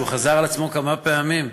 והוא חזר על עצמו כמה פעמים,